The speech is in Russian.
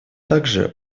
также